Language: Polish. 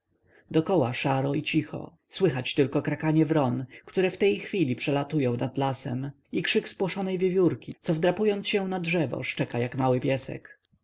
dokoła szaro i cicho słychać tylko krakanie wron które w tej chwili przelatują nad lasem i krzyk spłoszonej wiewiórki co wdrapując się na drzewo szczeka jak mały piesek